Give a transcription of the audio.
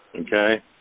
okay